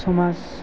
समाज